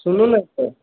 सुनू नऽ तऽ